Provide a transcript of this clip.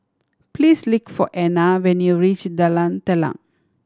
please for Ena when you reach Talan Telang